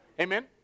Amen